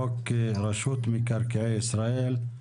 חוק מקרקעי ישראל,